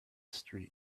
street